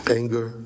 anger